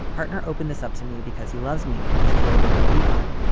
partner, open this up to me because he loves me and was afraid that i would leave him.